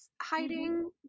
hiding